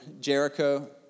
Jericho